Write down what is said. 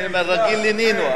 אני רגיל לנינו,